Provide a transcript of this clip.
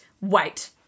Wait